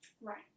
Right